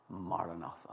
maranatha